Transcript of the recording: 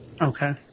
Okay